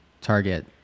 target